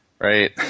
right